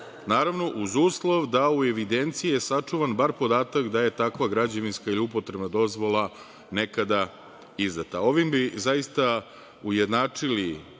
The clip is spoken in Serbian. naravno, uz uslov da u evidencije je sačuvan bar podatak da je takva građevinska ili upotrebna dozvola nekada izdata. Ovim bi zaista ujednačili